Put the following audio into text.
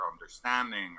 understanding